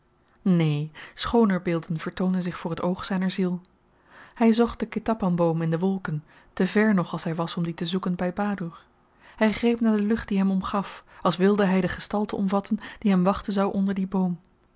neen schooner beelden vertoonden zich voor t oog zyner ziel hy zocht den ketapan boom in de wolken te vèr nog als hy was om dien te zoeken by badoer hy greep naar de lucht die hem omgaf als wilde hy de gestalte omvatten die hem wachten zou onder dien boom